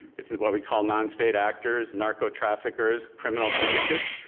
isn't what we call non-state actors, narco-traffickers, criminal syndicates,